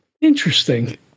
Interesting